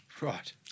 Right